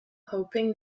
hoping